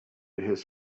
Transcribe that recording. his